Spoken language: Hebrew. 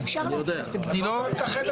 כי אני מניח שאתם כבר כמה